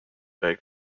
beg